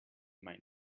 might